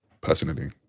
personally